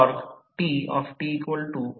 तर प्रतिरोध root over Re12 Xe12